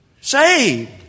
saved